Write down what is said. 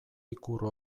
ikur